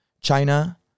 China